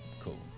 Cool